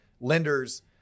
lenders